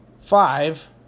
five